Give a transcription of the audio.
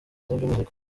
by’umwihariko